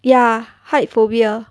ya height phobia